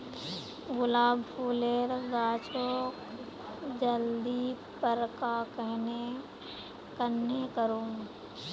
गुलाब फूलेर गाछोक जल्दी बड़का कन्हे करूम?